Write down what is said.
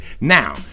Now